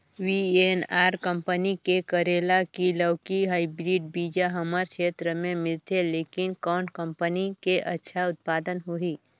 VNR company के करेला की लौकी हाईब्रिड बीजा हमर क्षेत्र मे मिलथे, लेकिन कौन कंपनी के अच्छा उत्पादन होही?